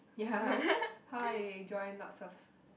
ya how I join lots of